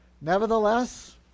Nevertheless